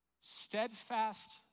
steadfast